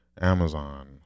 Amazon